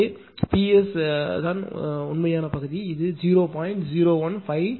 எனவே Ps தான் இதன் உண்மையான பகுதி இது 0